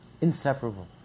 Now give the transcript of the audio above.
Inseparable